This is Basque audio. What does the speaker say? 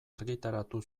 argitaratu